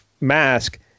mask